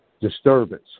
disturbance